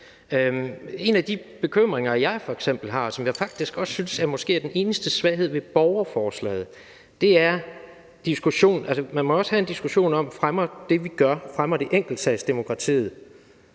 En af de bekymringer, jeg f.eks. har, og som jeg måske faktisk også synes er den eneste svaghed ved borgerforslaget, er det med diskussionen. Altså, man må jo også have en diskussion af, om det, vi gør, i for høj grad fremmer enkeltsagsdemokratiet